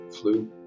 flu